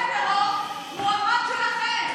מועמד שלכם.